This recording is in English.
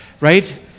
Right